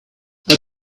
but